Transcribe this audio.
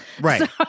Right